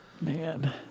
Man